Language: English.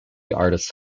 artists